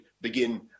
begin